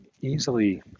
easily